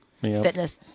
fitness